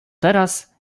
teraz